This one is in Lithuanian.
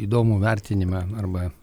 įdomų vertinimą arba